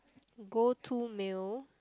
go to meal